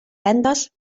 vendes